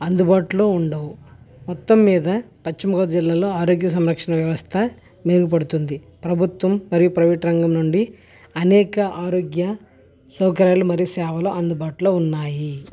అందుబాటులో ఉండవు మొత్తం మీద పశ్చిమ గోదావరి జిల్లాలో ఆరోగ్య సంరక్షణ సంస్థ మెరుగుపడుతుంది ప్రభుత్వం మరియు ప్రైవేటు రంగం నుండి అనేక ఆరోగ్య సౌకర్యాలు మరియు సేవలు అందుబాటులో ఉన్నాయి